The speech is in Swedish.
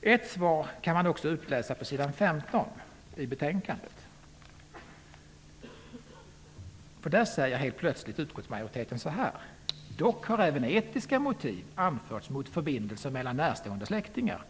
Ett svar kan man också utläsa på s. 15 i betänkandet. Där säger helt plötsligt utskottsmajoriteten: ''Dock har även etiska motiv anförts mot förbindelser mellan närstående släktingar.''